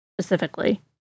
specifically